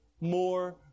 more